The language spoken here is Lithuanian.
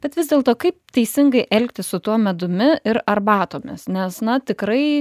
bet vis dėlto kaip teisingai elgtis su tuo medumi ir arbatomis nes na tikrai